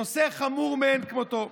נושא חמור מאין כמותו.